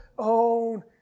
own